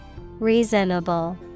Reasonable